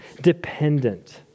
dependent